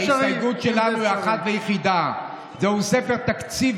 ההסתייגויות שלנו היא אחת ויחידה: זהו ספר תקציב